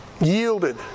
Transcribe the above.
Yielded